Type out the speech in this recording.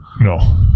No